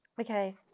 Okay